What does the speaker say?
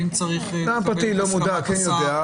ואם צריך לקבל את הסכמת השר,